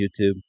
YouTube